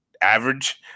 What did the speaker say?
average